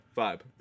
vibe